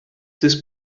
das